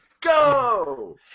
Go